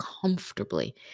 comfortably